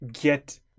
get